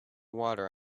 water